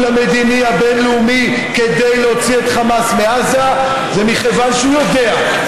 המדיני הבין-לאומי כדי להוציא את חמאס מעזה היא שהוא יודע,